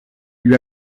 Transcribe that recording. lui